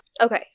Okay